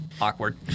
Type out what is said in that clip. awkward